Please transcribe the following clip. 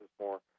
more